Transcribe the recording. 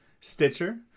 Stitcher